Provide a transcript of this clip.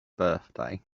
birthday